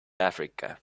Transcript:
africa